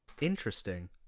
Interesting